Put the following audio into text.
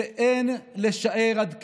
שאין לשער עד כמה,